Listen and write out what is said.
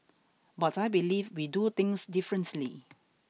but I believe we do things differently